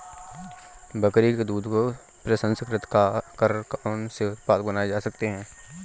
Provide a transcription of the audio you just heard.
बकरी के दूध को प्रसंस्कृत कर कौन से उत्पाद बनाए जा सकते हैं?